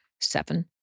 seven